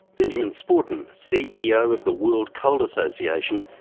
benjamin sporton, ceo of the world coal association,